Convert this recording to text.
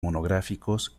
monográficos